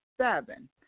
Seven